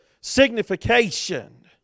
signification